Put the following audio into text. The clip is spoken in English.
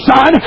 Son